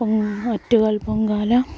പിന്നെ ആറ്റുകാൽ പൊങ്കാല